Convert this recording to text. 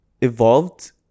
evolved